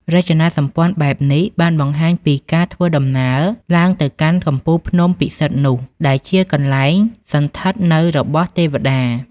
រចនាសម្ព័ន្ធបែបនេះបានបង្ហាញពីការធ្វើដំណើរឡើងទៅកាន់កំពូលភ្នំពិសិដ្ឋនោះដែលជាកន្លែងសណ្ឋិតនៅរបស់ទេវតា។